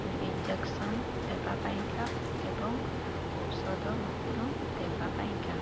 injection ଦେବା ପାଇଁ ଏବଂ ଔଷଧ ମଧ୍ୟ ଦେବା ପାଇଁ